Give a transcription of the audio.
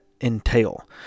entail